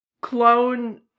clone